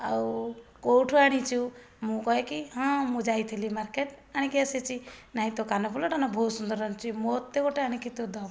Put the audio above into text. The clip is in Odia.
ଆଉ କେଉଁଠୁ ଆଣିଛୁ ମୁଁ କହେକି ହଁ ମୁଁ ଯାଇଥିଲି ମାର୍କେଟ ଆଣିକି ଆସିଛି ନାହିଁ ତ କାନ ଫୁଲଟାନା ବହୁତ ସୁନ୍ଦର ଅଛି ମୋତେ ଗୋଟେ ଆଣିକି ତୁ ଦେବୁ